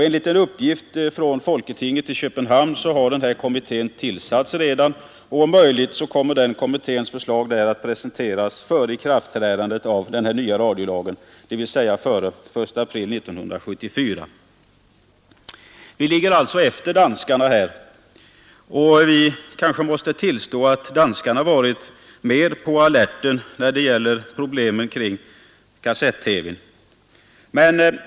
Enligt uppgift från folketinget i Köpenhamn har den kommittén tillsatts redan. Om möjligt kommer kommitténs förslag att presenteras före ikraftträdandet av den nya radiolagen, dvs. före den 1 april 1974. Vi ligger alltså efter danskarna här, och vi kanske måste tillstå att danskarna varit mer på alerten när det gällt problem kring kassett-TV.